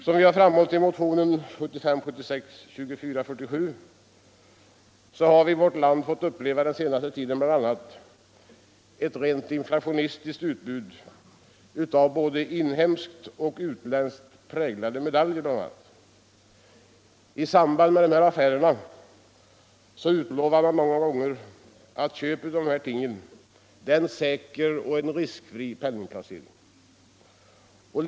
Som vi framhållit i motionen 1975/76:2447 har vi i vårt land den senaste tiden fått uppleva ett rent inflationistiskt utbud av både inhemskt och utländskt präglade medaljer bl.a. I samband med dessa affärer utlovas det många gånger att köp av sådana ting är en säker och riskfri penningplacering.